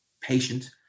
patient